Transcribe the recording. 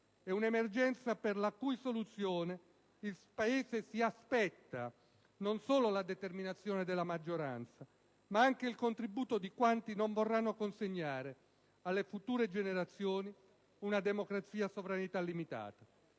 È un'emergenza per la cui soluzione il Paese si aspetta non solo la determinazione della maggioranza, ma anche il contributo di quanti non vorranno consegnare alle future generazioni una democrazia a sovranità limitata.